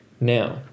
Now